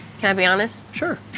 can i be honest? sure.